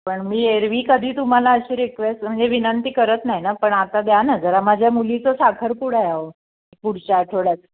पण मी एरव्ही कधी तुम्हाला अशी रिक्वेस्ट म्हणजे विनंती करत नाही ना पण आता द्या ना जरा माझ्या मुलीचा साखरपुडा आहे हो पुढच्या आठवड्यात